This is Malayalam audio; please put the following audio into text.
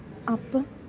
അപ്പം